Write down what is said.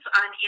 on